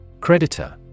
Creditor